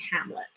Hamlet